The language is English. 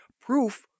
proof